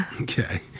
Okay